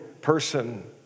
person